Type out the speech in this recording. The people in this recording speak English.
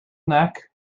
neck